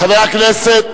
חבר הכנסת,